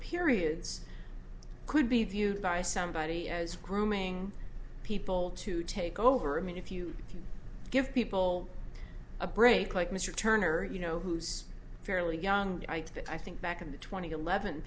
periods could be viewed by somebody as grooming people to take over i mean if you give people a break like mr turner you know who's fairly young i think back in the twentieth eleven